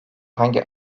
hangi